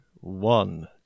one